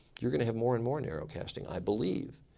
you're going to have more and more narrow casting i believe.